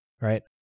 right